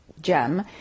gem